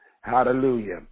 Hallelujah